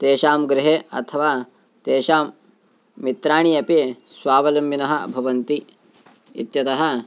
तेषां गृहे अथवा तेषां मित्राणि अपि स्वावलम्बिनः भवन्ति इत्यतः